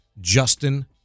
Justin